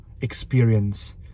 experience